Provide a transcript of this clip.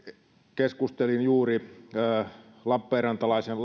keskustelin juuri lappeenrantalaisen